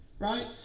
Right